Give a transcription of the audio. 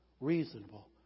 reasonable